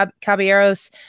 caballeros